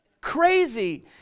Crazy